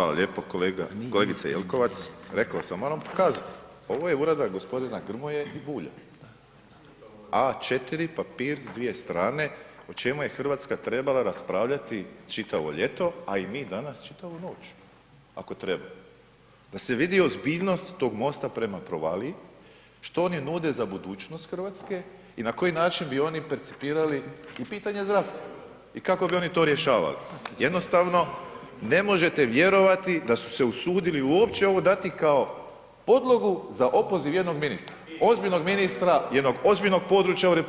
Hvala lijepo kolega, kolegice Jelkovac, rekao sam moram vam pokazati, ovo je uradak g. Grmoje i Bulja, A4 papir s dvije strane o čemu je RH trebala raspravljati čitavo ljeto, a i mi danas čitavu noć ako treba, da se vidi ozbiljnost tog MOST-a prema provaliji što oni nude za budućnost RH i na koji način bi oni percipirali i pitanja zdravstva i kako bi oni to rješavali, jednostavno ne možete vjerovati da su se usudili uopće ovo dati kao podlogu za opoziv jednog ministra, ozbiljnog ministra, jednog ozbiljnog područja u RH